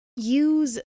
Use